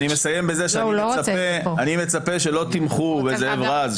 אני מסיים בזה שאני מצפה שלא תמחו על זאב רז,